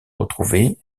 retrouver